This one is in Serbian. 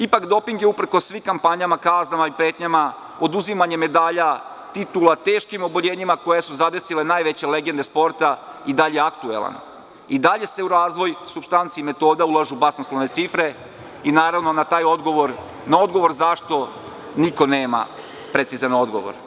Ipak, doping je uprkos svim kampanjama, kaznama i pretnjama, oduzimanjem medalja, titula, teškim oboljenjima koja su zadesila najveće legende sporta i dalje aktuelan, i dalje se u razvoj supstanci metoda ulažu ogromne cifre i naravno, na pitanje zašto, niko nema precizan odgovor.